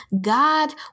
God